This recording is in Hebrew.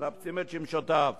מנפצים את שמשותיו